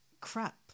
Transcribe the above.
crap